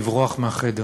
לברוח מהחדר.